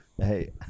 Hey